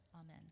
Amen